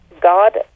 God